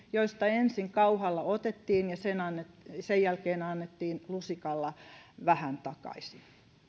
joista ensin kauhalla otettiin ja sen jälkeen lusikalla vähän annettiin takaisin